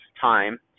time